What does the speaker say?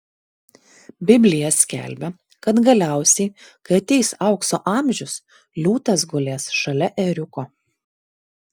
biblija skelbia kad galiausiai kai ateis aukso amžius liūtas gulės šalia ėriuko